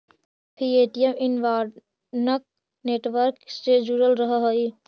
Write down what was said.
काफी ATM interbank network से जुड़ल रहऽ हई